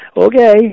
Okay